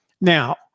Now-